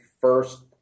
first